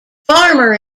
farmer